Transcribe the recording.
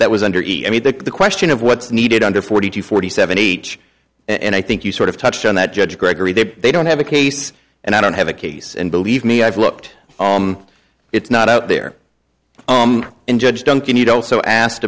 that was under either the question of what's needed under forty to forty seven each and i think you sort of touched on that judge gregory that they don't have a case and i don't have a case and believe me i've looked it's not out there in judge duncan you'd also asked